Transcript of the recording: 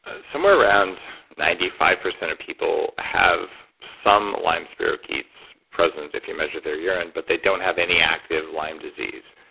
somewhere around ninety five percent of people have some lyme spirochetes present, if you measure their urine, but they don't have any active lyme disease.